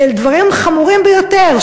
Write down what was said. אלה דברים חמורים ביותר,